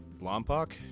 Lompoc